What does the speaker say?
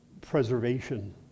preservation